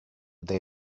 they